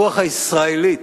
הרוח הישראלית,